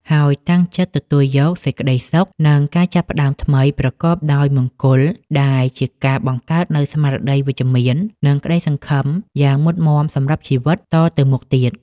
ហើយតាំងចិត្តទទួលយកសេចក្តីសុខ និងការចាប់ផ្តើមថ្មីប្រកបដោយមង្គល ដែលជាការបង្កើតនូវស្មារតីវិជ្ជមាន និងក្តីសង្ឃឹមយ៉ាងមុតមាំសម្រាប់ជីវិតតទៅមុខទៀត។